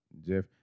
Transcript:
Jeff